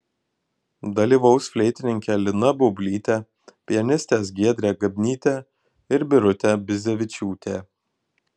dalyvaus fleitininkė lina baublytė pianistės giedrė gabnytė ir birutė bizevičiūtė